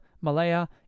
Malaya